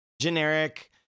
generic